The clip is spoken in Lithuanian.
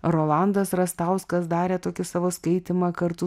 rolandas rastauskas darė tokį savo skaitymą kartu